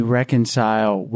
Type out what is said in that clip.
reconcile